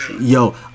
yo